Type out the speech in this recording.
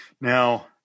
Now